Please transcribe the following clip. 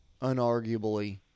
unarguably